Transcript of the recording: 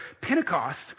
pentecost